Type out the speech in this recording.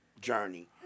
journey